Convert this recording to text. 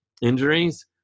injuries